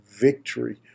victory